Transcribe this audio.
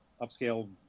upscale